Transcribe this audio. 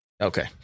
Okay